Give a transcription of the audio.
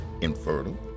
infertile